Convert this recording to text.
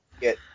get